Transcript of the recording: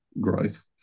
growth